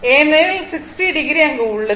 ஏனெனில் 60o அங்கு உள்ளது